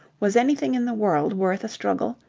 was anything in the world worth a struggle?